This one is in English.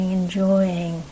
enjoying